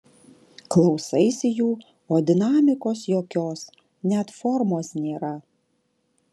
klausaisi jų o dinamikos jokios net formos nėra